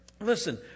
Listen